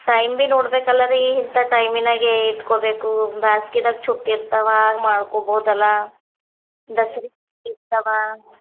time ಭಿ ನೋಡಬೇಕಲ್ಲ ರೀ ಇಂಥ ಟೈಮಿನಾಗೆ ಇಟ್ಕೊಬೇಕು ಬ್ಯಾಸ್ಗೆದಾಗ ಚುಟ್ಟಿ ಇರ್ತವೆ ಆಗ ಮಾಡ್ಕೊಬೋದಲ್ಲ ದಸ್ರಾ ಇರ್ತವೆ